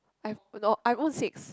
I've I have iPhone six